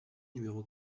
numéro